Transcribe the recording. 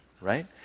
right